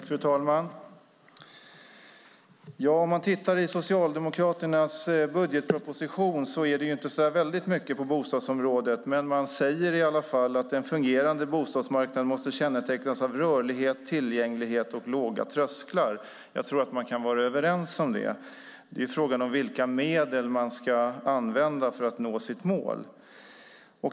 Fru talman! I Socialdemokraternas budgetförslag finns det inte så där väldigt mycket på bostadsområdet, men man säger i alla fall att en fungerande bostadsmarknad måste kännetecknas av rörlighet, tillgänglighet och låga trösklar. Jag tror att vi kan vara överens om det. Frågan är vilka medel man ska använda för att nå sitt mål.